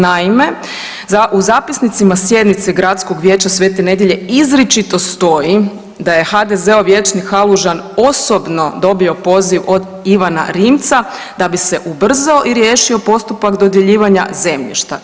Naime, u zapisnicima sjednice Gradskog vijeća Svete Nedelje izričito stoji da je HDZ-ov vijećnik Halužan osobno dobio poziv od Ivana Rimca da bi se ubrzao i riješio postupak dodjeljivanja zemljišta.